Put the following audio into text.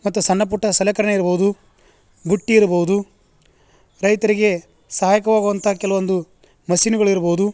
ಮತ್ತು ಸಣ್ಣ ಪುಟ್ಟ ಸಲಕರಣೆ ಇರ್ಬೋದು ಬುಟ್ಟಿ ಇರ್ಬೋದು ರೈತರಿಗೆ ಸಹಾಯಕವಾಗುವಂಥ ಕೆಲವೊಂದು ಮಸೀನುಗಳು ಇರ್ಬೋದು